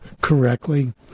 correctly